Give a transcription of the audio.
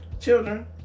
Children